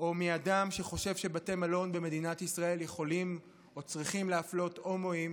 או מאדם שחושב שבתי מלון במדינת ישראל יכולים או צריכים להפלות הומואים